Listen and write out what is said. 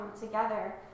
together